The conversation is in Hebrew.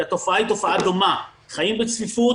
כי התופעה היא תופעה דומה: חיים בצפיפות,